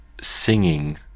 singing